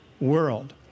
world